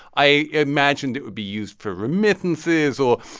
i imagined it would be used for remittances, or,